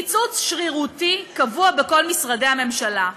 קיצוץ שרירותי, קבוע, בכל משרדי הממשלה.